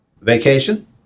Vacation